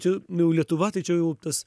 čia jau lietuva tai čia jau tas